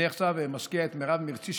אני עכשיו משקיע את מרב מרצי,